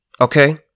Okay